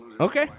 Okay